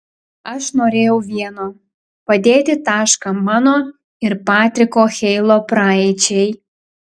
aš norėjau vieno padėti tašką mano ir patriko heilo praeičiai